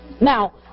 Now